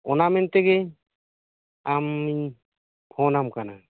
ᱚᱱᱟ ᱢᱮᱱᱛᱮᱜᱮ ᱟᱢᱤᱧ ᱯᱷᱳᱱᱟᱢ ᱠᱟᱱᱟ